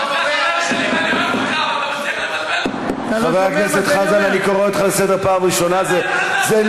אתה מצליח לבלבל, אתה לא שומע מה שאני אומר.